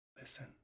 listen